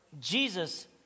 Jesus